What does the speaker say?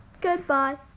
Goodbye